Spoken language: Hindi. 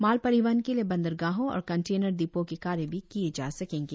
माल परिवहन के लिए बंदरगाहों और कंटेनर डिपो के कार्य भी किये जा सकेंगे